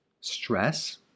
stress